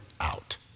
out